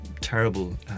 terrible